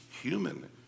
human